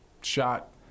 shot